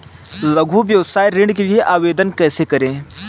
लघु व्यवसाय ऋण के लिए आवेदन कैसे करें?